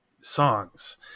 songs